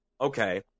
okay